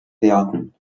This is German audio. werten